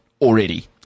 Already